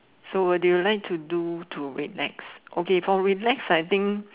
so what do you like to do to relax okay for relax I think